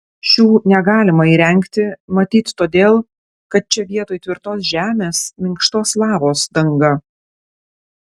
šių negalima įrengti matyt todėl kad čia vietoj tvirtos žemės minkštos lavos danga